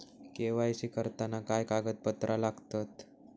KYC करताना काय कागदपत्रा लागतत?